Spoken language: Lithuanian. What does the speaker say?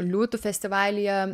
liūtų festivalyje